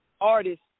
artist